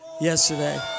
yesterday